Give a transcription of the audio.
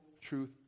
truth